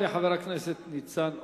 תודה לחבר הכנסת ניצן הורוביץ.